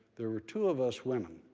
there were two of us women.